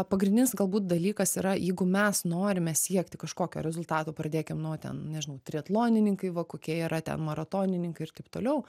pagrindinis galbūt dalykas yra jeigu mes norime siekti kažkokio rezultato pradėkim nuo ten nežinau triatlonininkai va kokie yra ten maratonininkai ir taip toliau